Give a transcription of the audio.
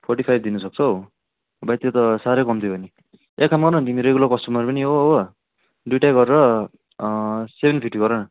forty five दिन सक्छौ भाइ त्यो त साह्रै कम्ती भयो नि एक काम गर न तिमी रेगुलर कस्टमर पनि हौ हो दुइवटै गरेर सेभेन फिफ्टी गर न